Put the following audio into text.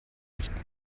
nicht